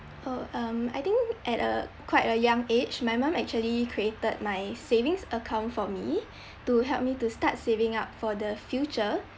oh um I think at a quite a young age my mum actually created my savings account for me to help me to start saving up for the future